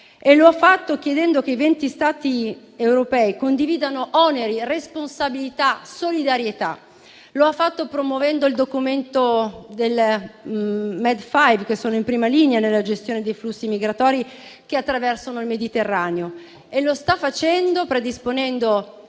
Lo ha fatto chiedendo che i 20 Stati europei condividano oneri, responsabilità, solidarietà. Lo ha fatto promuovendo il documento del gruppo Med5, in prima linea nella gestione dei flussi migratori che attraversano il Mediterraneo. E lo sta facendo predisponendo